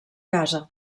casa